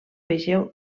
vegeu